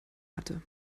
hatte